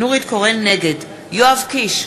נגד יואב קיש,